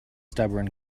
stubborn